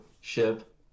ship